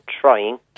trying